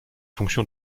fonction